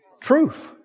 truth